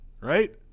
right